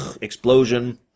explosion